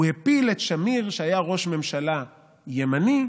הוא הפיל את שמיר, שהיה ראש ממשלה ימני,